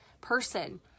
person